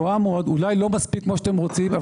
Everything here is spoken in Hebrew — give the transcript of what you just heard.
אולי לא מספיק כמו שאתם רוצים,